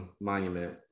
Monument